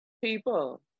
People